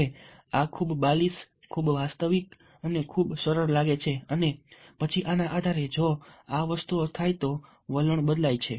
હવે આ ખૂબ બાલિશ ખૂબ વાસ્તવિક ખૂબ સરળ લાગે છે અને પછી આના આધારે જો આ વસ્તુઓ થાય તો વલણ બદલાય છે